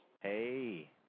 Hey